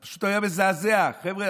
זה פשוט היה מזעזע: חבר'ה,